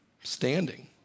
standing